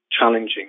challenging